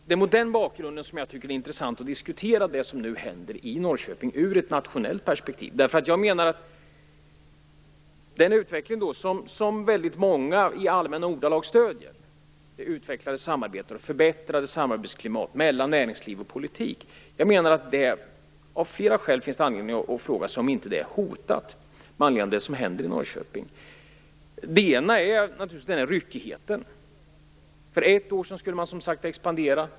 Det är mot den bakgrunden som jag tycker att det är intressant att diskutera det som nu händer i Norrköping ur ett nationellt perspektiv. Jag menar att det av flera skäl finns anledning att fråga sig om den utveckling som väldigt många i allmänna ordalag stöder - utvecklat samarbete och förbättrat samarbetsklimat mellan näringsliv och politik - är hotad, med anledning av det som händer i Norrköping. Det ena är naturligtvis ryckigheten. För ett år sedan skulle man som sagt expandera.